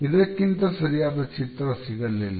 ಇದಕ್ಕಿಂತ ಸರಿಯಾದ ಚಿತ್ರ ಸಿಗಲಿಲ್ಲ